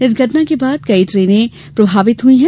इस घटना के बाद कई ट्रेनें प्रभावित हुई थी